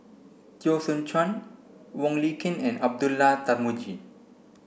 Teo Soon Chuan Wong Lin Ken and Abdullah Tarmugi